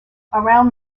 around